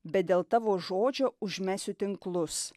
bet dėl tavo žodžio užmesiu tinklus